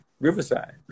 Riverside